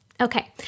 Okay